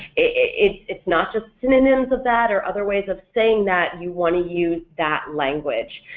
it's it's not just synonyms of that, or other ways of saying that, you want to use that language.